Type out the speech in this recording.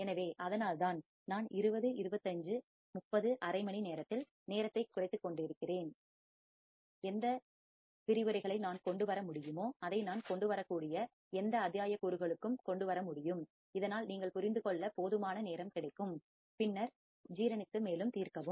எனவே அதனால்தான் நான் 20 25 30 அரை மணி நேரத்தில் நேரத்தை குறைத்துக்கொண்டிருக்கிறேன் எந்த விரிவுரைகளை நான் கொண்டு வர முடியுமோ அதை நான் கொண்டு வரக்கூடிய எந்த அத்தியாயக்கூறுகளுக்கும் கொண்டு வர முடியும் இதனால் நீங்கள் புரிந்து கொள்ள போதுமான நேரம் கிடைக்கும் பின்னர் ஜீரணித்து மேலும் தீர்க்கவும்